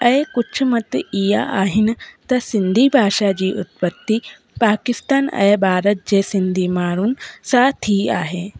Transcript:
ऐं कुझु मत इहा आहिनि त सिंधी भाषा जी उत्पति पाकिस्तान ऐं भारत जे सिंधी माण्हू साथ ही आहे